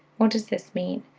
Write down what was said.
what does this mean?